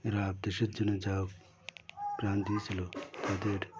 এরা দেশের জন্য যারা প্রাণ দিয়েছিল তাদের